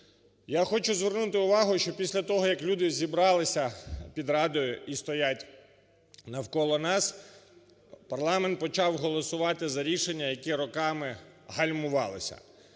Я хочу звернути увагу, що після того, як люди зібралися під Радою і стоять навколо нас, парламент почав голосувати за рішення, які роками гальмувалися.